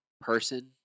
person